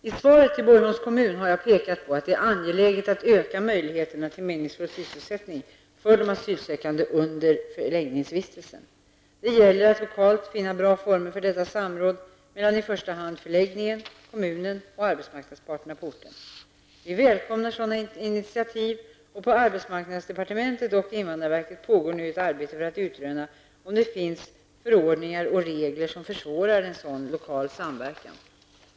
I svaret till Borgholms kommun har jag pekat på att det är angeläget att öka möjligheterna till meningsfull sysselsättning för de asylsökande under förläggningsvistelsen. Det gäller att lokalt finna bra former för detta i samråd mellan i första hand förläggningen, kommunen och arbetsmarknadsparterna på orten. Vi välkomnar sådana initiativ. På arbetsmarknadsdepartementet och invandrarverket pågår nu ett arbete för att utröna om det finns förordningar och regler som försvårar en sådan lokal samverkan.